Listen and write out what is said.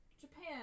Japan